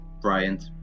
Bryant